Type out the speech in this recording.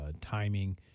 timing